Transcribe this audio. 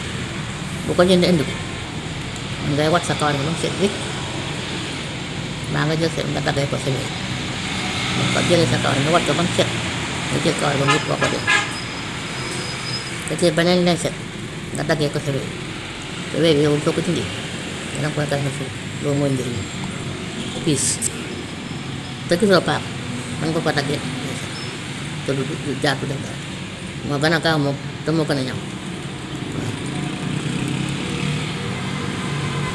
boo ko jëndee andi ko, mën ngay wat sa kawar gi ba mu set wecc mbaa nga jël seet nga daggee ko sa we, boo ko jëlee sa kawar nga wat ko ba mu set, nga jël kawar ga nga wut foo ko denc. Nga jël beneen lañset nga daggee ko sa we yi, sa we bi yow soo ko dindee danga koy gas nga suul ko loolu mooy njëriñam. Sa piis te gisoo paaka mën nga koo daggee lañset te du su su jàdd du def dara moo gën a gaaw moo te moo gën a ñaw waa.